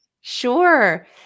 Sure